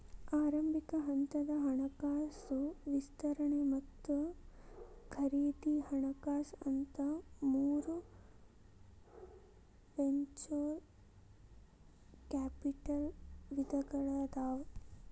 ಆರಂಭಿಕ ಹಂತದ ಹಣಕಾಸು ವಿಸ್ತರಣೆ ಮತ್ತ ಖರೇದಿ ಹಣಕಾಸು ಅಂತ ಮೂರ್ ವೆಂಚೂರ್ ಕ್ಯಾಪಿಟಲ್ ವಿಧಗಳಾದಾವ